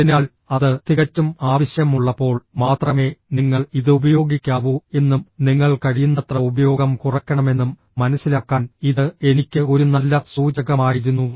അതിനാൽ അത് തികച്ചും ആവശ്യമുള്ളപ്പോൾ മാത്രമേ നിങ്ങൾ ഇത് ഉപയോഗിക്കാവൂ എന്നും നിങ്ങൾ കഴിയുന്നത്ര ഉപയോഗം കുറയ്ക്കണമെന്നും മനസ്സിലാക്കാൻ ഇത് എനിക്ക് ഒരു നല്ല സൂചകമായിരുന്നു